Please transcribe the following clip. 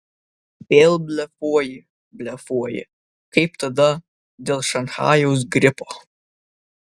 vėl blefuoji blefuoji kaip tada dėl šanchajaus gripo